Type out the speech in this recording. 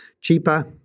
cheaper